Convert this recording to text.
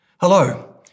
Hello